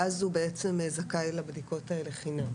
ואז הוא זכאי לבדיקות האלה חינם.